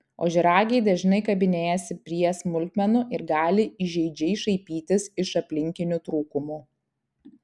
ožiaragiai dažnai kabinėjasi prie smulkmenų ir gali įžeidžiai šaipytis iš aplinkinių trūkumų